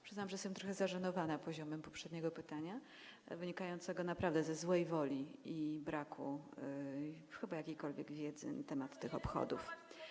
Przyznam, że jestem trochę zażenowana poziomem poprzedniego pytania, wynikającego naprawdę ze złej woli i chyba braku jakiejkolwiek wiedzy na temat tych obchodów.